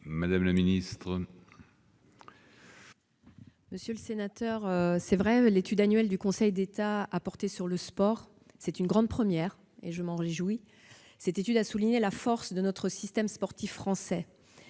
Mme la ministre. Monsieur le sénateur, l'étude annuelle du Conseil d'État a effectivement porté sur le sport : c'est une grande première dont je me réjouis. Cette étude a souligné la force de notre système sportif français,